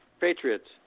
Patriots